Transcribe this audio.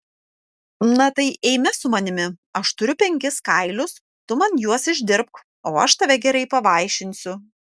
na tai eime su manimi aš turiu penkis kailius tu man juos išdirbk o aš tave gerai pavaišinsiu